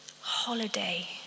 holiday